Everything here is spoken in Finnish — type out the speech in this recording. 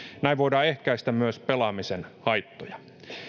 näin voidaan ehkäistä myös pelaamisen haittoja